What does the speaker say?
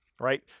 right